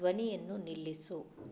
ಧ್ವನಿಯನ್ನು ನಿಲ್ಲಿಸು